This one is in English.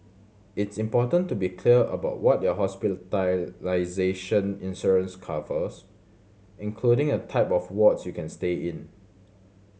it's important to be clear about what your hospitalization insurance covers including a type of wards you can stay in